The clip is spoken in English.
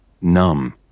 Numb